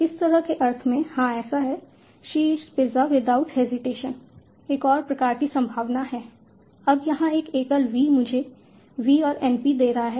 इस तरह के अर्थ में हां ऐसा है she eats pizza without hesitation एक और प्रकार की संभावना है अब यहां एक एकल V मुझे V और NP दे रहा है